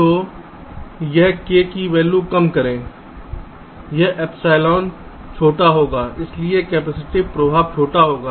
तो इस k की वैल्यू कम करें यह एप्सिलॉन छोटा होगा इसलिए कैपेसिटिव प्रभाव छोटा होगा